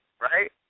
right